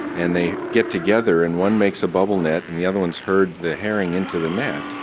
and they get together and one makes a bubble net and the other ones herd the herring into the